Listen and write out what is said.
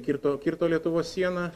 kirto kirto lietuvos sieną